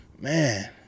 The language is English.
man